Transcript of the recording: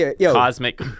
Cosmic